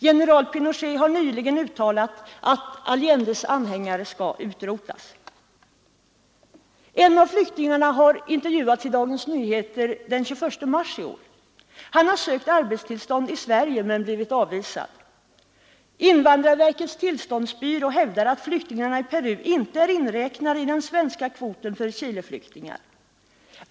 General Pinochet har nyligen uttalat att Allendes anhängare skall utrotas. En av flyktingarna har intervjuats i Dagens Nyheter den 21 mars. Han har sökt arbetstillstånd i Sverige men blivit avvisad. Invandrarverkets tillståndsbyrå hävdar att flyktingarna i Peru inte är inräknade i den svenska kvoten för Chileflyktingar.